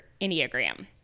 Enneagram